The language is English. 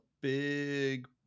big